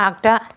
आग्दा